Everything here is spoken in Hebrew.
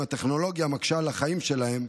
אם הטכנולוגיה מקשה על החיים שלהם,